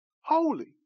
Holy